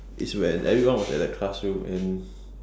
is when everyone was at the classroom and